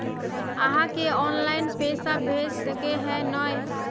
आहाँ के ऑनलाइन पैसा भेज सके है नय?